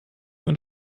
und